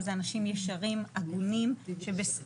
זה תהליכים שאנחנו עוברים באגף ובמשרד והם לא יהיו ביום אחד,